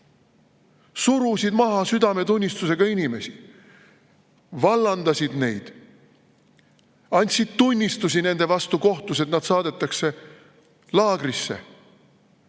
surusid maha südametunnistusega inimesi, vallandasid neid, andsid kohtus tunnistusi nende vastu, et nad saadetaks laagrisse.